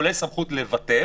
כולל סמכות לבטל.